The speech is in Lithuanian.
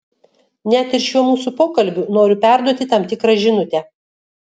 net ir šiuo mūsų pokalbiu noriu perduoti tam tikrą žinutę